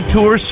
Tour